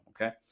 Okay